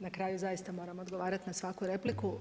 Na kraju zaista moram odgovarati na svaku repliku.